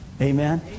Amen